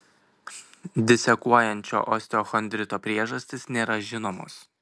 disekuojančio osteochondrito priežastys nėra žinomos